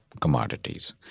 commodities